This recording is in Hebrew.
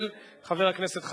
חבר הכנסת אורי אריאל.